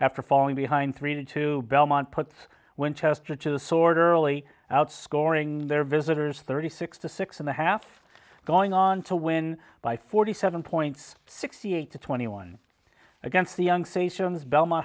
after falling behind three to two belmont puts when chester to the sword early outscoring their visitors thirty six to six and a half going on to win by forty seven points sixty eight to twenty one against the young station's bel